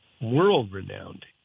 world-renowned